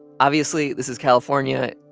obviously, this is california.